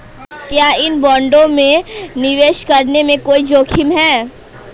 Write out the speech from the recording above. क्या इन बॉन्डों में निवेश करने में कोई जोखिम है?